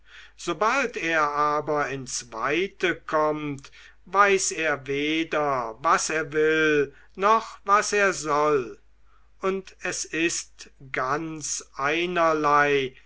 sobald er aber ins weite kommt weiß er weder was er will noch was er soll und es ist ganz einerlei